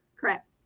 Correct